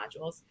modules